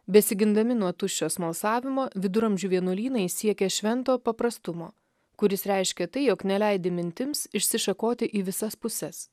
besigindami nuo tuščio smalsavimo viduramžių vienuolynai siekia švento paprastumo kuris reiškia tai jog neleidi mintims išsišakoti į visas puses